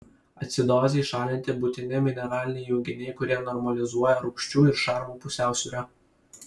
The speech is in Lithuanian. acidozei šalinti būtini mineraliniai junginiai kurie normalizuoja rūgščių ir šarmų pusiausvyrą